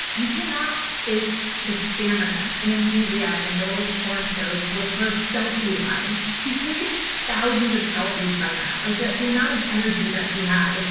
you cannot fake the stamina and enthusiasm that elizabeth warren shows with her selfie lines. she's taken thousands of selfies by now, like the the amount of energy that she has. ah